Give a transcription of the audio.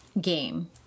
game